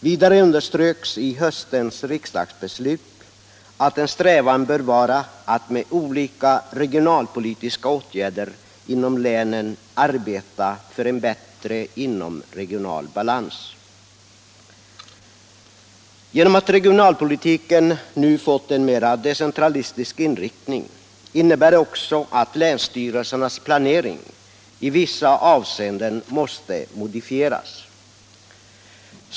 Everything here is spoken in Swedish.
Vidare underströks i höstens riksdagsbeslut att en strävan bör vara att med olika regionalpolitiska åtgärder inom länen arbeta för en bättre inomregional balans. Att regionalpolitiken nu fått en mera decentralistisk inriktning innebär också att länsstyrelsernas planering i vissa avseenden måste modifieras.